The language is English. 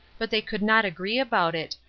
but they could not agree about it,